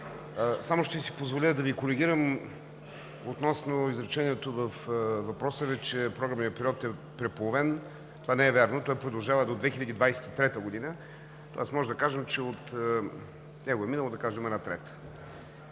Само ще си позволя да Ви коригирам относно изречението във въпроса Ви, че програмният период е преполовен. Това не е вярно, той продължава до 2023 г. Тоест, може да кажем, че от него е минала, една трета.